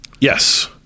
yes